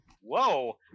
whoa